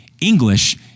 English